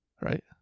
right